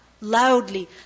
Loudly